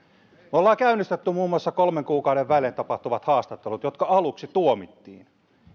olemme käynnistäneet muun muassa kolmen kuukauden välein tapahtuvat haastattelut jotka aluksi tuomittiin